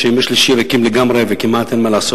כאשר ימי שלישי ריקים לגמרי וכמעט אין מה לעשות.